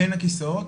בין הכיסאות.